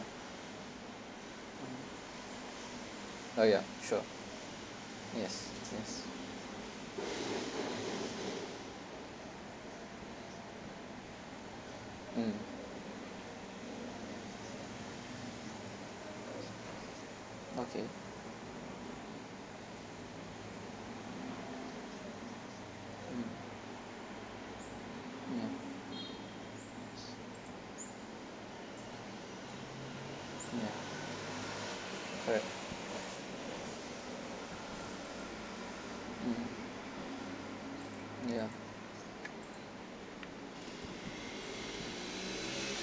mm oh ya sure yes it is mm okay mm ya ya correct mmhmm ya